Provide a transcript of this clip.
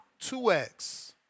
2X